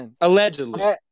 Allegedly